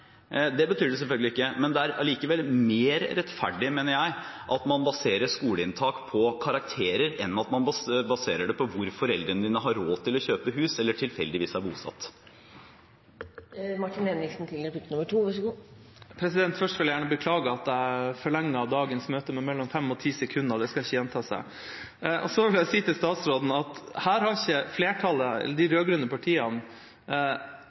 Det betyr det selvfølgelig ikke, men det er allikevel mer rettferdig, mener jeg, at man baserer skoleinntak på karakterer, enn at man baserer det på hvor foreldrene dine har råd til å kjøpe hus eller tilfeldigvis er bosatt. Først vil jeg gjerne beklage at jeg forlenget dagens møte med mellom 5 og 10 sekunder – det skal ikke gjenta seg. Så vil jeg si til statsråden at her har ikke flertallet eller de rød-grønne partiene